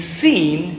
seen